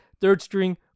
third-string